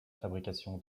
fabrication